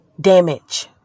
damage